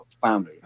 family